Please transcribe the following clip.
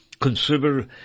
Consider